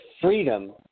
freedom